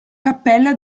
cappella